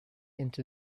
into